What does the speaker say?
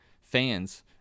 fans